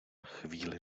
chvíli